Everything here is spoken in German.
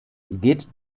geht